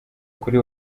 kuri